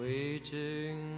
Waiting